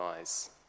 eyes